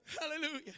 Hallelujah